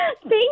Thank